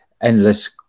endless